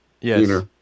Yes